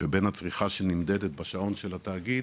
ובין הצריכה שנמדדת בשעות של התאגיד,